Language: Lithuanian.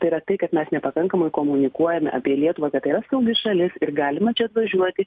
tai yra tai kad mes nepakankamai komunikuojame apie lietuvą kad tai yra saugi šalis ir galima čia atvažiuoti